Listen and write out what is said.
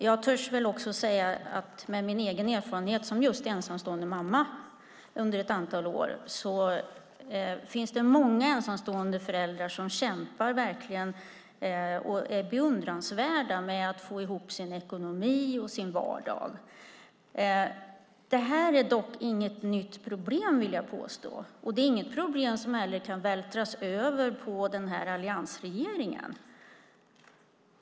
Jag törs också säga, med min egen erfarenhet som just ensamstående mamma under ett antal år, att det finns många ensamstående föräldrar som verkligen kämpar och som är beundransvärda för att de får ihop sin ekonomi och sin vardag. Det här är dock inte något nytt problem, vill jag påstå. Det är inte heller något problem som kan vältras över på alliansregeringen.